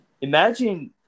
imagine